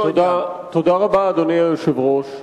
תודה רבה, אדוני היושב-ראש.